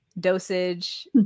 dosage